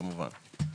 כמובן.